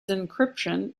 encryption